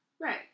Right